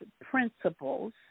principles